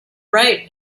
right